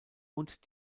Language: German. und